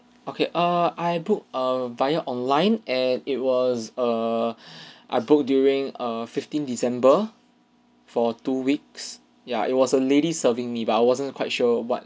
okay err I booked err via online and it was err I booked during err fifteen december for two weeks ya it was a lady serving me but I wasn't quite sure what